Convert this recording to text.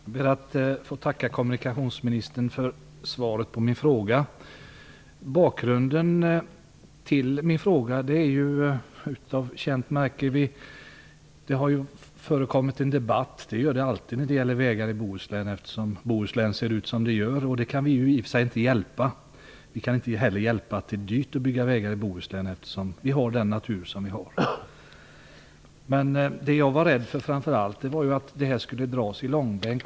Fru talman! Jag ber att få tacka kommunikationsministern för svaret på min fråga. Bakgrunden till den är av känt märke. Det har förekommit en debatt. Det gör det alltid när det gäller vägar i Bohuslän, eftersom Bohuslän ser ut som det gör, och det kan vi i och för sig inte hjälpa. Vi kan inte heller hjälpa att det är dyrt att bygga vägar i Bohuslän eftersom vi har den natur vi har. Jag har framför allt varit rädd för att denna fråga skulle dras i långbänk.